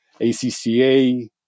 ACCA